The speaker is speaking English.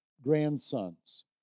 grandsons